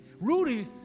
Rudy